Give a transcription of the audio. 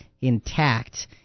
intact